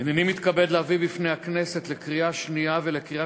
הנני מתכבד להביא בפני הכנסת לקריאה שנייה ולקריאה